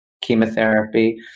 chemotherapy